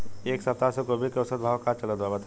एक सप्ताह से गोभी के औसत भाव का चलत बा बताई?